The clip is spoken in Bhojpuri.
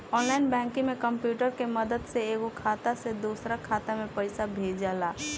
ऑनलाइन बैंकिंग में कंप्यूटर के मदद से एगो खाता से दोसरा खाता में पइसा भेजाला